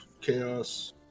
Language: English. chaos